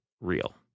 real